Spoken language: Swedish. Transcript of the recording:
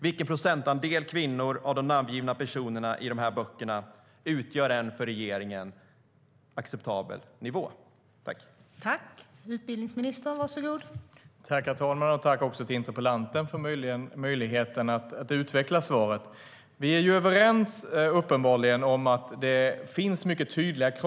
Vilken procentandel kvinnor av de namngivna personerna i de här böckerna utgör en för regeringen acceptabel nivå?